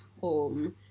Home